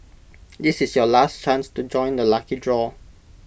this is your last chance to join the lucky draw